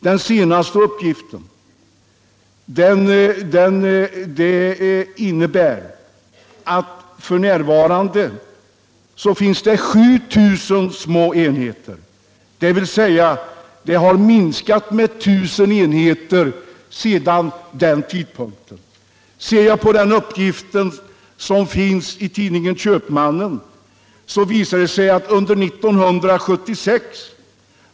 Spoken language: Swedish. Den senaste uppgiften visar att f. n. finns det 7 000 små enheter — dvs. antalet har minskat med 1 000 enheter sedan årsskiftet 1975-1976.